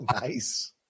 nice